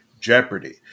jeopardy